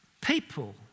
people